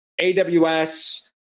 AWS